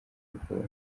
ubwoba